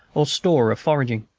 or store of foraging.